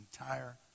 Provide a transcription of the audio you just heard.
entire